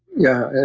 yeah.